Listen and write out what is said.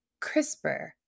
CRISPR